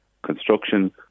construction